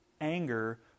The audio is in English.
anger